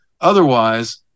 Otherwise